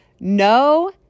No